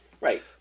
Right